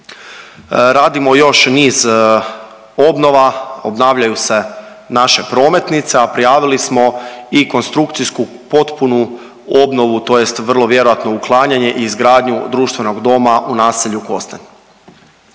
Radimo još niz obnova, obnavljaju se naše prometnice, a prijavili smo i konstrukcijsku potpunu obnovu tj. vrlo vjerojatno uklanjanje i izgradnju Društvenog doma u naselju KOstanj.